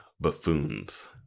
Buffoons